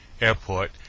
Airport